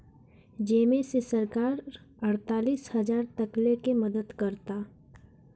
जेमे से सरकार अड़तालीस हजार तकले के मदद करता